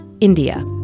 India